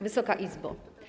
Wysoka Izbo!